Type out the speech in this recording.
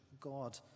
God